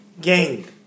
gang